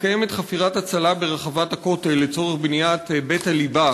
מתקיימת חפירת הצלה ברחבת הכותל לצורך בניית בית-הליבה,